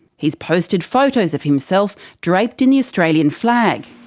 he's posted photos of himself draped in the australian flag.